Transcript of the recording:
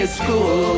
school